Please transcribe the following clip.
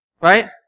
Right